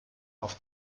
auf